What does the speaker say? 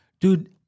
Dude